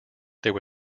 there